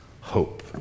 hope